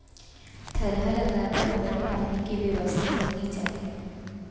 थरहा लगाए बर बने पानी के बेवस्था होनी चाही